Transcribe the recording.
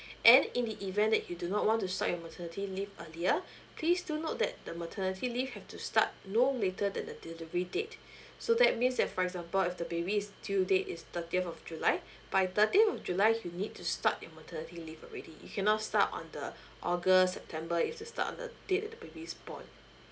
and in the event that you do not want to start your maternity leave earlier please do note that the maternity leave have to start no later than the delivery date so that means that for example if the baby's due date is thirtieth of july by thirtieth of july you need to start your maternity leave already you cannot start on the august september you have to start on the date of the baby's born